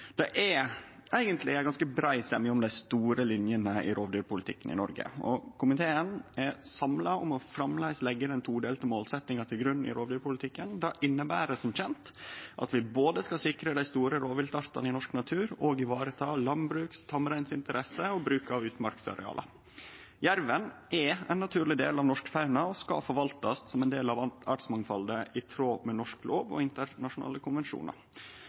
Det er eigentleg ganske brei semje om dei store linjene i rovdyrpolitikken i Noreg. Komiteen er samla om å framleis leggje den todelte målsetjinga til grunn i rovdyrpolitikken. Det inneber som kjent at vi både skal sikre dei store rovviltartane i norsk natur og ivareta landbruk, tamreininteresser og bruk av utmarksareal. Jerven er ein naturleg del av norsk fauna og skal forvaltast som ein del av artsmangfaldet i tråd med norsk lov og internasjonale konvensjonar.